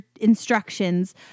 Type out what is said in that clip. instructions